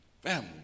Family